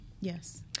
Yes